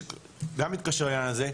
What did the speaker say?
שגם מתקשר לעניין הזה,